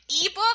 ebook